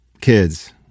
kids